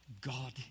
God